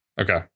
Okay